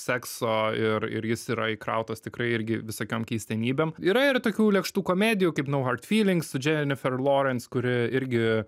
sekso ir ir jis yra įkrautas tikrai irgi visokiom keistenybėm yra ir tokių lėkštų komedijų kaip no hard feelings su dženifer lorens kuri irgi